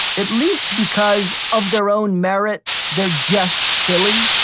at least because of their own merit they're just silly.